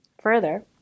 further